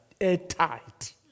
airtight